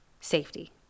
safety